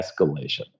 escalation